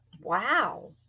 Wow